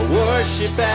worship